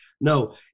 No